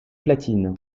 platine